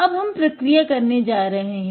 अब हम प्रक्रिया करने जा रहे हैं